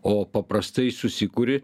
o paprastai susikuri